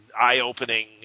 eye-opening